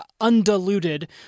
undiluted